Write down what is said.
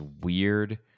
weird